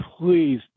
please